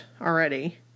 already